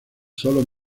solo